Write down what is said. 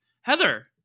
heather